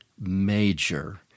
major